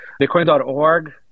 Bitcoin.org